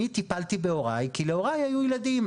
אני טיפלתי בהוריי כי להוריי היו ילדים.